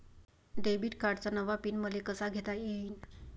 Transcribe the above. Debit कार्डचा नवा PIN मले कसा घेता येईन?